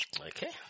Okay